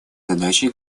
задачей